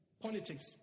Politics